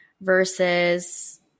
versus